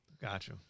gotcha